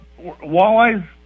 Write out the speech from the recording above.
walleyes